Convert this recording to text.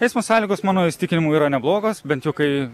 eismo sąlygos mano įsitikinimu yra neblogos bent jau kai